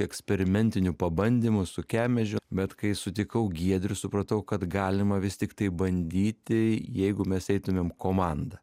eksperimentinių pabandymų su kemežiu bet kai sutikau giedrių supratau kad galima vis tiktai bandyti jeigu mes eitumėm komanda